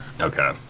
Okay